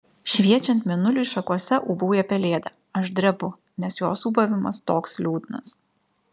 šviečiant mėnuliui šakose ūbauja pelėda aš drebu nes jos ūbavimas toks liūdnas